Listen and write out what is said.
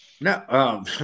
No